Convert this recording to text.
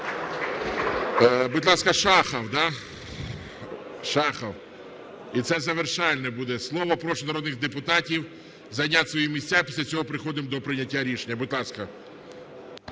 Будь ласка, Шахов, і це завершальне буде слово. Прошу народних депутатів зайняти свої місця. Після цього переходимо до прийняття рішення. Будь ласка.